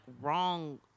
wrong